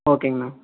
ஓகேங்கண்ணா